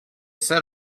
set